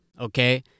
Okay